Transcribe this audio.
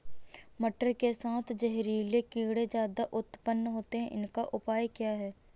मटर के साथ जहरीले कीड़े ज्यादा उत्पन्न होते हैं इनका उपाय क्या है?